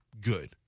good